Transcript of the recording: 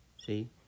See